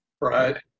right